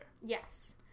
Yes